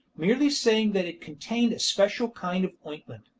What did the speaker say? merely saying that it contained a special kind of ointment.